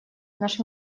наш